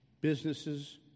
Businesses